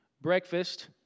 breakfast